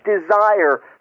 desire